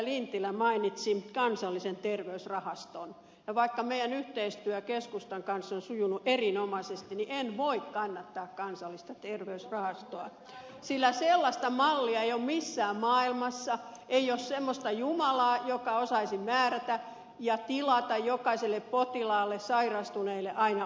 lintilä mainitsi kansallisen terveysrahaston ja vaikka meidän yhteistyömme keskustan kanssa on sujunut erinomaisesti niin en voi kannattaa kansallista terveysrahastoa sillä sellaista mallia ei ole missään maailmassa ei ole semmoista jumalaa joka osaisi määrätä ja tilata jokaiselle potilaalle sairastuneelle aina oikean hoidon